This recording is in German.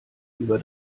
über